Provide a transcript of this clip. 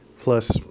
plus